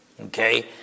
Okay